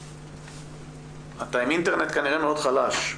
--- אתה מתנתק ולא שומעים אותך